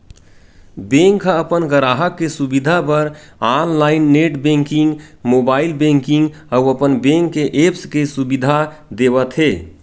bank ह अपन गराहक के सुबिधा बर online net banking, mobile banking अउ अपन बेंक के ऐप्स के सुबिधा देवत हे